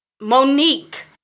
Monique